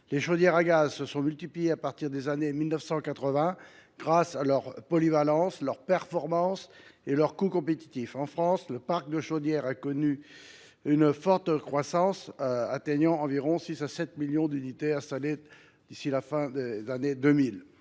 Les chaudières à gaz se sont multipliées à partir des années 1980 en raison de leur polyvalence, de leur performance et de leur coût compétitif. En France, le parc de chaudières à gaz a connu une forte croissance, pour atteindre entre 6 millions et 7 millions d’unités installées à la fin des années 2000.